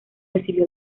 recibió